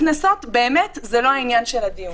הקנסות באמת זה לא העניין של הדיון.